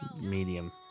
Medium